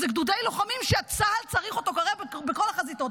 אלה גדודי לוחמים שצה"ל צריך אותו כרגע בכל החזיתות.